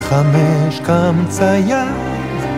חמש כמציית.